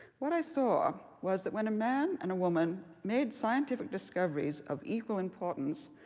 what i saw was that when a man and a woman made scientific discoveries of equal importance,